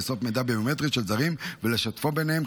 לאסוף מידע ביומטרי של זרים ולשתפו ביניהן,